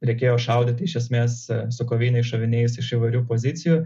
reikėjo šaudyti iš esmės su koviniais šoviniais iš įvairių pozicijų